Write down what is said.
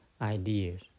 ideas